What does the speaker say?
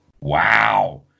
wow